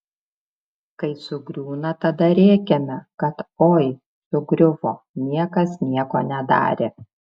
kai sugriūna tada rėkiame kad oi sugriuvo niekas nieko nedarė